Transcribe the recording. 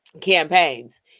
campaigns